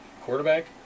quarterback